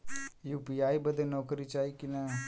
UPI बदे नौकरी चाही की ना?